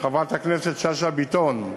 חברת הכנסת שאשא ביטון,